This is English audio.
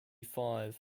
five